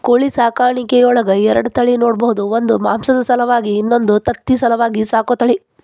ಕೋಳಿ ಸಾಕಾಣಿಕೆಯೊಳಗ ಎರಡ ತಳಿ ನೋಡ್ಬಹುದು ಒಂದು ಮಾಂಸದ ಸಲುವಾಗಿ ಇನ್ನೊಂದು ತತ್ತಿ ಸಲುವಾಗಿ ಸಾಕೋ ತಳಿ